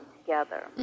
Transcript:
together